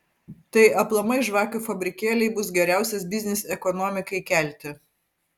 tai aplamai žvakių fabrikėliai bus geriausias biznis ekonomikai kelti